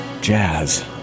jazz